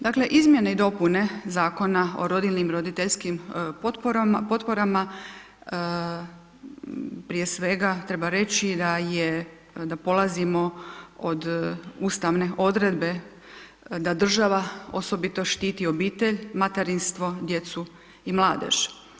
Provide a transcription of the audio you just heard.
Dakle, izmjene i dopune Zakona o rodiljnim i roditeljskim potporama prije svega treba reći da polazimo od Ustavne odredbe da država osobito štiti obitelj, materinstvo, djecu i mladež.